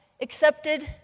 accepted